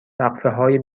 وقفههای